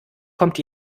kommt